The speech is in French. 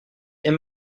est